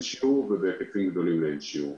שיעור והוא בהיקפים גדולים לאין שיעור.